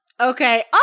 Okay